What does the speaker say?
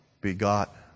begot